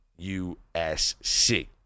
USC